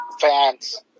fans